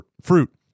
fruit